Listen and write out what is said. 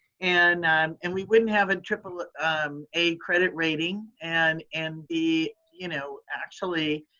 and and we wouldn't have a triple a credit rating and and be you know actually